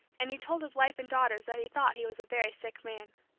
and he told his wife and daughters that he thought he was a very sick man.